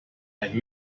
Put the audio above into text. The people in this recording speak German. ein